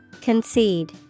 Concede